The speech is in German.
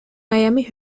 miami